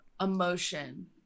Emotion